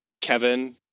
Kevin